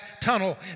tunnel